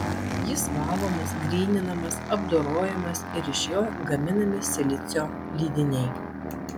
jis valomas gryninamas apdorojamas ir iš jo gaminami silicio lydiniai